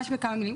ממש בכמה מילים.